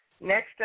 Next